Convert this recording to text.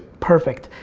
perfect.